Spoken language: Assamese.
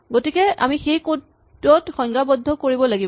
গতিকে আমি সেইটো কড ত সংজ্ঞাবদ্ধ কৰিব লাগিব